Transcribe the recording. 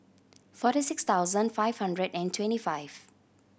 forty six thousand five hundred and twenty five